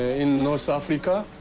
in north africa,